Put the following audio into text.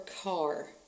car